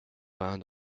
vin